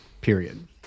period